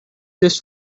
this